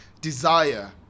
desire